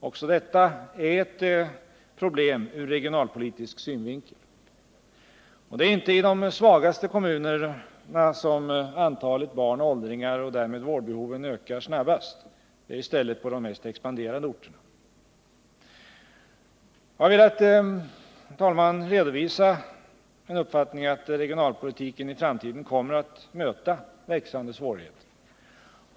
Också detta är ett problem ur regionalpolitisk synvinkel. Det är inte i de svagaste kommunerna som antalet barn och åldringar och därmed vårdbehoven ökar snabbast. Det är i stället på de mest expanderande orterna. Jag har velat, herr talman, redovisa min uppfattning att regionalpolitiken i framtiden kommer att möta växande svårigheter.